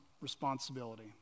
responsibility